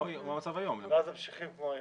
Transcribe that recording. ואז ממשיכים כמו היום.